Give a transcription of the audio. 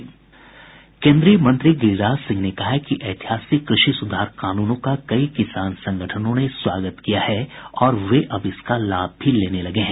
केन्द्रीय मंत्री गिरिराज सिंह ने कहा है कि ऐतिहासिक कृषि सुधार कानूनों का कई किसान संगठनों ने स्वागत किया है और वे अब इसका लाभ भी लेने लगे हैं